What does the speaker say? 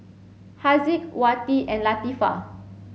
Haziq Wati and Latifa